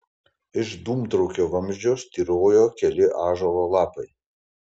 iš dūmtraukio vamzdžio styrojo keli ąžuolo lapai